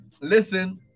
listen